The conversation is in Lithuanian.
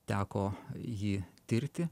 teko jį tirti